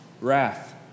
Wrath